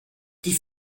die